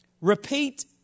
repeat